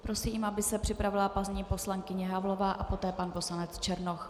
Prosím, aby se připravila paní poslankyně Havlová a poté pan poslanec Černoch.